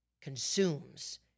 consumes